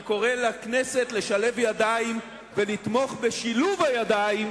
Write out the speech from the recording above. אני קורא לכנסת לשלב ידיים ולתמוך בשילוב הידיים